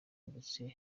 ndetse